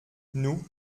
nous